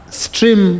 stream